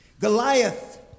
Goliath